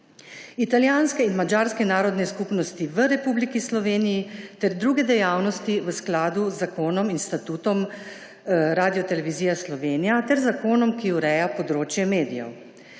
italijanske in madžarske narodne skupnosti v Republiki Sloveniji ter druge dejavnosti v skladu z zakonom in statutom Radiotelevizije Slovenija ter zakonom, ki ureja področje medijev.